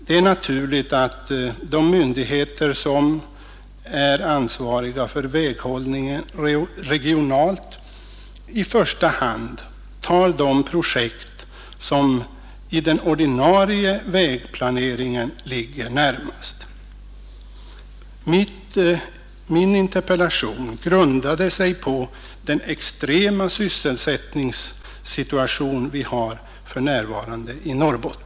Det är naturligt att de myndigheter som regionalt är ansvariga för väghållningen i första hand tar upp de projekt som ligger närmast i den ordinarie vägplaneringen. Min interpellation grundade sig på den extrema sysselsättningssituation som vi för närvarande har i Norrbotten.